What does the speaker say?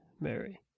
Mary